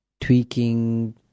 tweaking